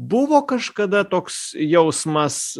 buvo kažkada toks jausmas